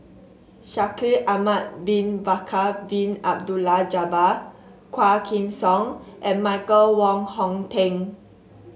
Shaikh Ahmad Bin Bakar Bin Abdullah Jabbar Quah Kim Song and Michael Wong Hong Teng